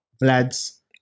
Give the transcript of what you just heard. lads